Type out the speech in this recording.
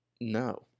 No